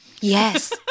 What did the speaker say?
Yes